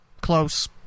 close